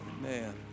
Man